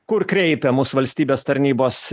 kur kreipia mus valstybės tarnybos